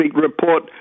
report